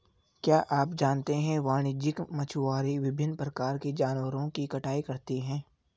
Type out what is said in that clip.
क्या आप जानते है वाणिज्यिक मछुआरे विभिन्न प्रकार के जानवरों की कटाई करते हैं?